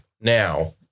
now